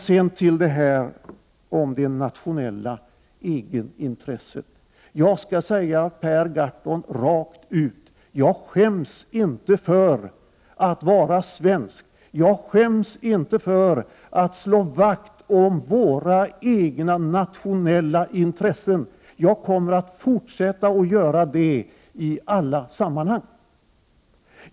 Det talas om det nationella egenintresset. Jag skall säga Per Gahrton rakt ut: Jag skäms inte för att vara svensk. Jag skäms inte för att slå vakt om våra egna nationella intressen. Jag kommer att fortsätta att göra det i alla sammanhang.